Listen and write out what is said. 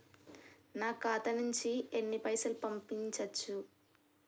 నా ఖాతా నుంచి ఎన్ని పైసలు పంపించచ్చు?